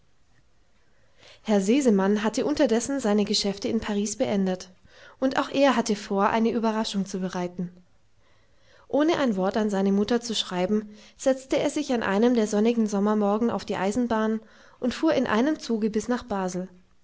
herr sesemann hatte unterdessen seine geschäfte in paris beendet und auch er hatte vor eine überraschung zu bereiten ohne ein wort an seine mutter zu schreiben setzte er sich an einem der sonnigen sommermorgen auf die eisenbahn und fuhr in einem zuge bis nach basel